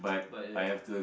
but ya